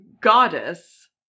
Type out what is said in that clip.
Goddess